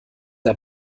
der